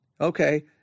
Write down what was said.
Okay